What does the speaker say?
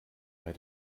bei